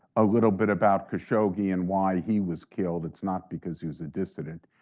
a little bit about khashoggi and why he was killed, it's not because he was a dissident,